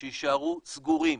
שיישארו סגורים.